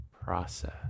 process